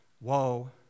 Woe